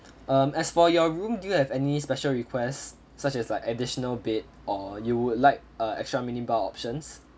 um as for your room do you have any special requests such as like additional bed or you would like uh extra mini bar options